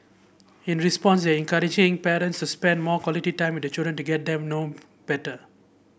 in response encouraging parents to spend more quality time with their children to get them know better